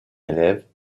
élève